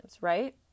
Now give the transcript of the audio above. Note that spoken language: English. right